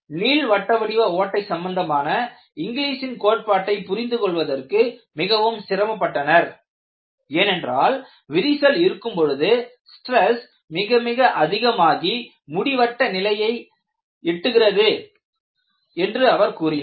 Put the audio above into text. நீள்வட்ட வடிவ ஓட்டை சம்பந்தமான இங்லீஷ் இன் கோட்பாட்டை புரிந்துகொள்வதற்கு மிகவும் சிரமப்பட்டனர் ஏனென்றால் விரிசல் இருக்கும்பொழுது ஸ்ரெஸ் மிக மிக அதிகமாகி முடிவற்ற நிலையை எட்டுகிறது என்று அவர் கூறினார்